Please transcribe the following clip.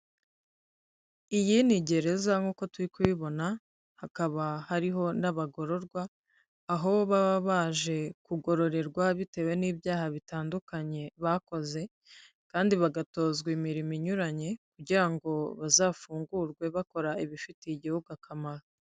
Iyi ni gereza nk'uko turi kubiyibona, hakaba hariho n'abagororwa, aho baba baje kugororerwa bitewe n'ibyaha bitandukanye bakoze kandi bagatozwa imirimo inyuranye kugira ngo bazafungurwe bakora ibifitiye igihugu akamaro.